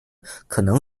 可能